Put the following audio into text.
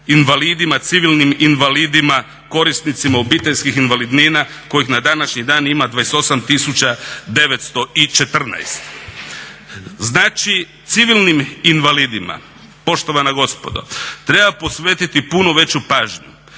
civilnim invalidima, korisnicima obiteljskih invalidnina kojih na današnji dan im 28 tisuća 914. Znači civilnim invalidima poštovana gospodo treba posvetiti puno veću pažnju.